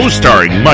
starring